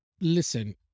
listen